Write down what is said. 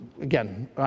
again